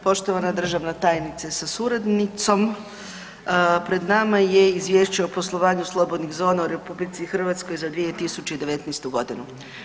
Poštovana državna tajnice sa suradnicom, pred nama je Izvješće o poslovanju slobodnih zona u RH za 2019. godinu.